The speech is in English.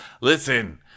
listen